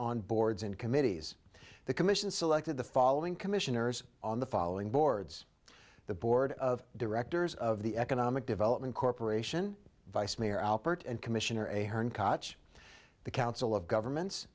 on boards and committees the commission selected the following commissioners on the following boards the board of directors of the economic development corporation vice mayor alpert and commissioner a hern cotch the council of governments